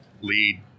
lead